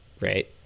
Right